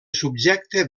subjecte